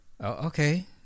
okay